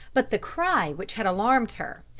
but the cry which had alarmed her,